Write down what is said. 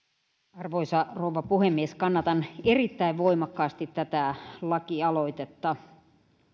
arvoisa rouva puhemies kannatan erittäin voimakkaasti tätä lakialoitetta